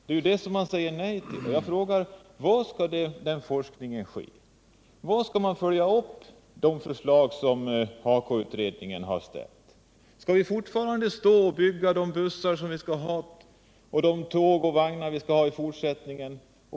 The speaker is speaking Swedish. Man säger nej till forskningsmedel, och jag frågar: Var skall då forskningen ske och var skall man följa upp de förslag som HAKO-utredningen ställt? Hur skall vi bygga bussar och tåg i fortsättningen?